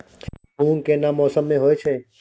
मूंग केना मौसम में होय छै?